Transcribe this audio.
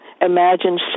imagine